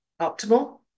optimal